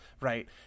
right